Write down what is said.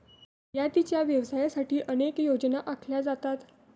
निर्यातीच्या व्यवसायासाठी अनेक योजना आखल्या जातात